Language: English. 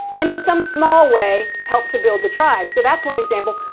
and in some small way, helped to build the tribe, so that's one example.